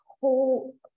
whole